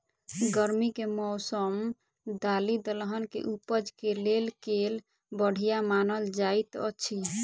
गर्मी केँ मौसम दालि दलहन केँ उपज केँ लेल केल बढ़िया मानल जाइत अछि?